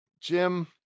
jim